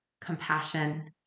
compassion